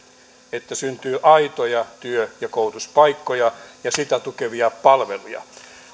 että syntyy aitoja työ ja koulutuspaikkoja ja niitä tukevia palveluja